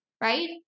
right